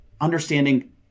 understanding